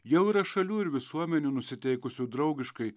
jau yra šalių ir visuomenių nusiteikusių draugiškai